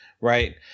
Right